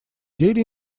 деле